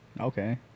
Okay